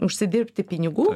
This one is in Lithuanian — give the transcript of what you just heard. užsidirbti pinigų